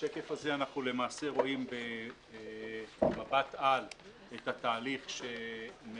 בשקף הזה אנחנו למעשה רואים במבט על את התהליך שמלווה